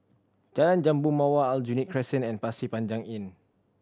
Jalan Jambu Mawar Aljunied Crescent and Pasir Panjang Inn